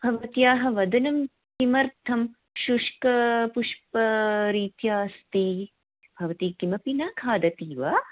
भवत्याः वदनं किमर्थं शुष्कपुष्परीत्या अस्ति भवती किमपि न खादति वा